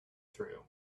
through